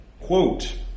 quote